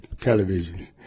television